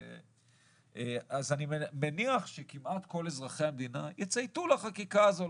אז אני מניח שכמעט כל אזרחי המדינה יצייתו לחקיקה הזו,